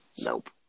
Nope